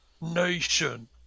Nation